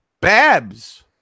Babs